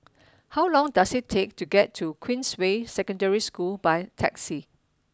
how long does it take to get to Queensway Secondary School by taxi